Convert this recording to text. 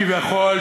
כביכול,